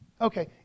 Okay